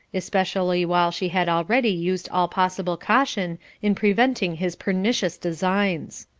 especially while she had already used all possible caution in preventing his pernicious designs.